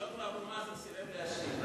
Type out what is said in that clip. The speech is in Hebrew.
היות שאבו מאזן סירב להשיב,